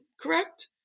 correct